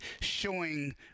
showing